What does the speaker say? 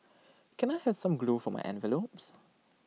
can I have some glue for my envelopes